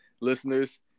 listeners